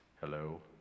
Hello